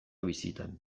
bizitan